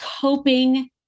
coping